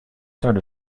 sort